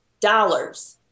dollars